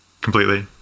Completely